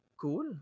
cool